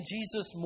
Jesus